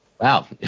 Wow